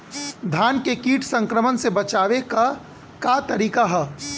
धान के कीट संक्रमण से बचावे क का तरीका ह?